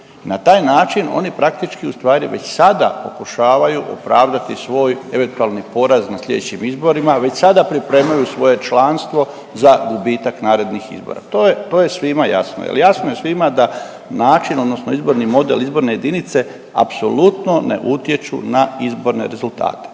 Na taj način oni praktički ustvari već sada pokušavaju opravdati svoj eventualni poraz na sljedećim izborima, već sada pripremaju svoje članstvo za gubitak narednih izbora. To je, to je svima jasno jer jasno je svima da način, odnosno izborni model izborne jedinice apsolutno ne utječu na izborne rezultate.